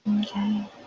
Okay